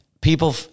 people